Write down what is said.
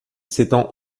s’étend